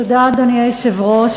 אדוני היושב-ראש,